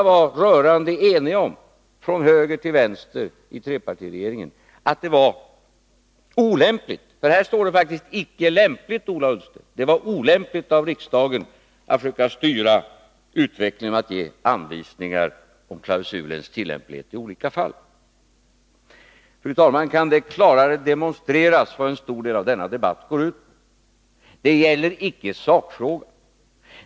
Ni var rörande eniga om det från höger till vänster i trepartiregeringen. I den propositionen står det, Ola Ullsten, att det inte var ”lämpligt”, att det var ”olämpligt”, att försöka styra utvecklingen genom att ge anvisningar om klausulens tillämplighet i olika fall. Fru talman! Kan det klarare demonstreras vad en stor del av denna debatt går ut på? Det gäller icke sakfrågan.